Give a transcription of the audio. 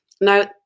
Now